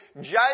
judge